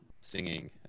singing